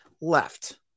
left